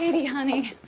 baby, honey.